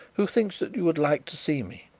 who thinks that you would like to see me.